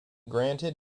granted